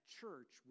church